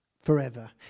forever